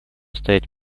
стоять